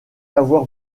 avoir